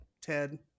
Ted